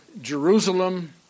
Jerusalem